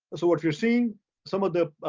so what you're seeing some of the,